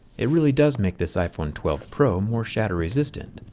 it really does make this iphone twelve pro more shatter resistant.